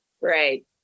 Right